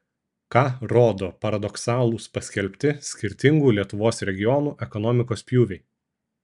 ką rodo paradoksalūs paskelbti skirtingų lietuvos regionų ekonomikos pjūviai